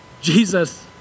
Jesus